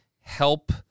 help